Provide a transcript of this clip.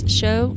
show